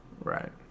Right